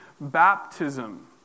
baptism